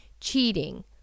cheating